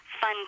fun